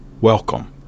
welcome